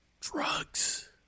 Drugs